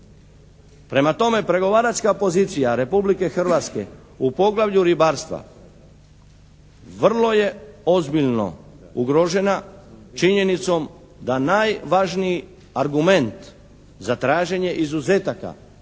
Prema tome pregovaračka pozicija Republike Hrvatske u poglavlju ribarstva vrlo je ozbiljno ugrožena činjenicom da najvažniji argument za traženje izuzetaka